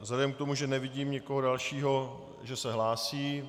Vzhledem k tomu, že nevidím nikoho dalšího, že se hlásí...